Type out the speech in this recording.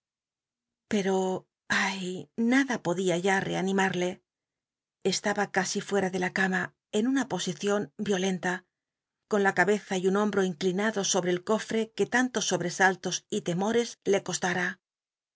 i ay nada podía ya rcmimade estaba ca i fuera de la cama en una posicion violenta con la cabeza y un boro bro inclinados sobre el cofre que tantos sobresaltos y temores le costam